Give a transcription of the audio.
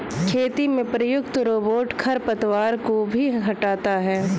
खेती में प्रयुक्त रोबोट खरपतवार को भी हँटाता है